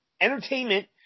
entertainment